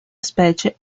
specie